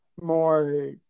more